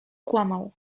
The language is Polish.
kłamał